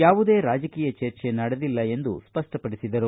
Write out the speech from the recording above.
ಯಾವುದೇ ರಾಜಕೀಯ ಚರ್ಚೆ ನಡೆದಿಲ್ಲ ಎಂದು ಸ್ಪಷ್ಟಪಡಿಸಿದರು